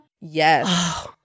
Yes